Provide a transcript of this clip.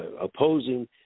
opposing